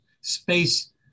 space